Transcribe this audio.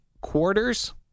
quarters